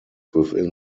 within